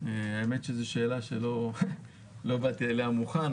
האמת שזו שאלה שלא באתי אליה מוכן.